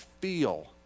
feel